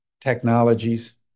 technologies